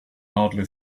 hardly